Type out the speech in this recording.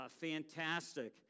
fantastic